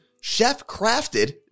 chef-crafted